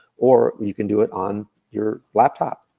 or you can do it on your laptop.